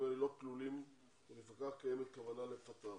האלה לא כלולים ולפיכך קיימת כוונה לפטרם.